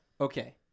Okay